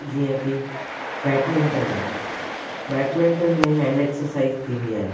जीअं कि बैडमिंटन आहे बैडमिंटन में हैंड एक्सरसाइस थींदी आहे